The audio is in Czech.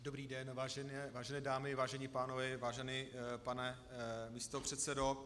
Dobrý den, vážené dámy, vážení pánové, vážený pane místopředsedo.